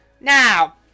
Now